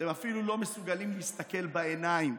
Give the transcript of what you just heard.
הם אפילו לא מסוגלים להסתכל בעיניים,